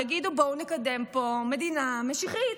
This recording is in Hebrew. יגידו: בואו נקדם פה מדינה משיחית,